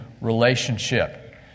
relationship